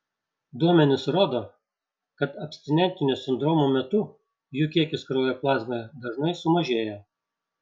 duomenys rodo kad abstinentinio sindromo metu jų kiekis kraujo plazmoje dažnai sumažėja